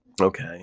Okay